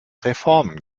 reformen